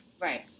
Right